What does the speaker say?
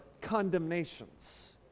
condemnations